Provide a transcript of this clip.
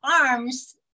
arms